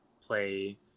play